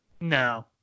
No